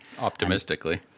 Optimistically